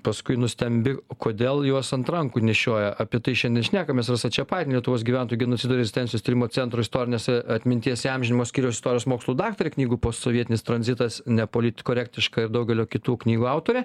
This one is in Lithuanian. paskui nustembi o kodėl juos ant rankų nešioja apie tai šiandien šnekamės rasa čepaitienė lietuvos gyventojų genocido rezistencijos tyrimo centro istorinės atminties įamžinimo skyrius istorijos mokslų daktarė knygų posovietinis tranzitas nepolitkorektiška ir daugelio kitų knygų autorė